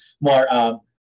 more